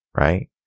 right